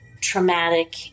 traumatic